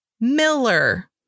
Miller